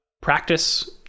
practice